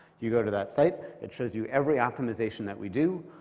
you go to that site, it shows you every optimization that we do,